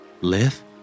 Live